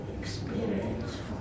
experience